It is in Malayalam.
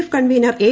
F convener A